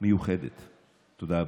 תודה רבה.